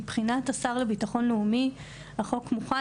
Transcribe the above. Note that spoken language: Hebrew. מבחינת השר לביטחון לאומי החוק מוכן,